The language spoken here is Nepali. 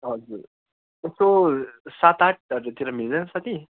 हजुर यसो सात आठहरू तिर मिल्दैन साथी